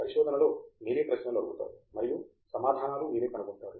తంగిరాల కానీ పరిశోధనలో మీరే ప్రశ్నలు అడుగుతారు మరియు సమాధానాలూ మీరే కనుగొంటారు